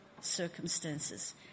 circumstances